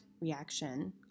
reaction